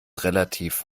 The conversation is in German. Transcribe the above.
relativ